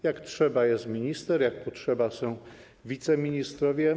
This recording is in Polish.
Jak trzeba, jest minister, jak potrzeba, są wiceministrowie.